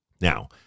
Now